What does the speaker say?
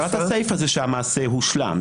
עבירת הסיפה זה שהמעשה הושלם,